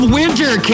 winter